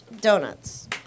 donuts